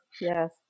yes